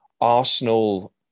Arsenal